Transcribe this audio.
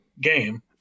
game